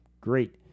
Great